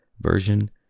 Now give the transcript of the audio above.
version